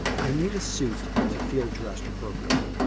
i need a suit to feel dressed appropriately.